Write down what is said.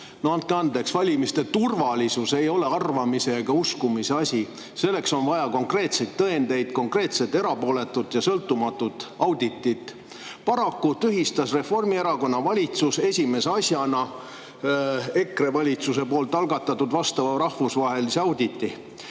No andke andeks, valimiste turvalisus ei ole arvamise ega uskumise asi, on vaja konkreetseid tõendeid, konkreetset, erapooletut ja sõltumatut auditit. Paraku tühistas Reformierakonna valitsus esimese asjana EKRE valitsuse algatatud vastava rahvusvahelise auditi.